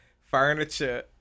furniture